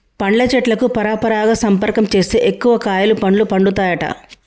పండ్ల చెట్లకు పరపరాగ సంపర్కం చేస్తే ఎక్కువ కాయలు పండ్లు పండుతాయట